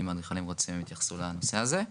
אם האדריכלים רוצים הם יתייחסו לנושא הזה.